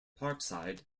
parkside